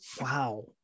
wow